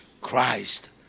Christ